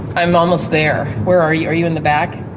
i'm almost there. where are you? are you in the back?